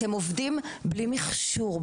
אתם עובדים בלי מכשור,